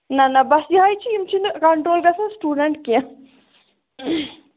نہَ نہَ بَس یِہےَ چھُ یِم چھِنہٕ کَنٹرول گَژھان سِٹوٗڈنٹ کیٚنٛہہ